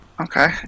Okay